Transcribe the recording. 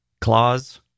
Claws